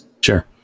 Sure